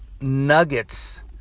nuggets